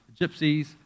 gypsies